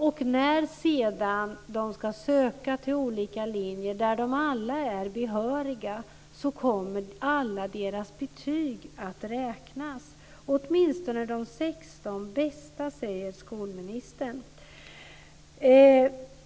När de sedan ska söka till olika linjer där de alla är behöriga kommer alla deras betyg att räknas, åtminstone de 16 bästa, säger skolministern.